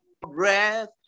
breath